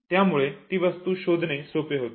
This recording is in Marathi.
त्यामुळे ती वस्तू शोधणे सोपे होते